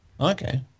Okay